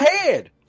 head